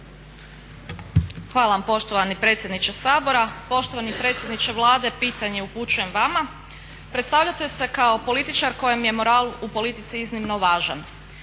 Hvala vam poštovani predsjedniče Sabora. Poštovani predsjedniče Vlade pitanje upućujem vama. Predstavljate se kao političar kojem je moral u politici iznimno važan.